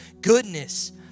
goodness